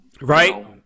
right